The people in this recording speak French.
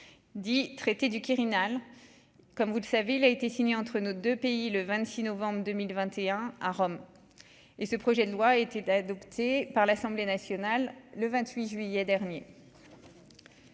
10 traité du Quirinal, comme vous le savez, il a été signé, entre nos 2 pays le 26 novembre 2021 à Rome et ce projet de loi a été adoptée par l'Assemblée nationale le 28 juillet dernier.